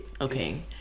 Okay